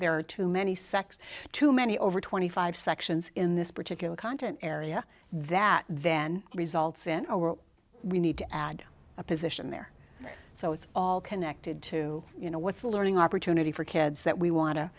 there are too many sex too many over twenty five sections in this particular content area that then results in we need to add a position there so it's all connected to you know what's the learning opportunity for kids that we want to